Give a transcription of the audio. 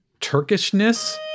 Turkishness